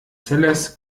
zellers